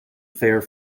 fare